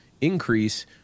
increase